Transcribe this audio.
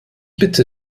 bitte